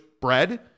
bread